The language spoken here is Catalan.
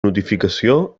notificació